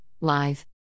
Live